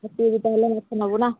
ଯେତିକି ବି ତ ହେଲେ ମାଛ ନେବୁ ନା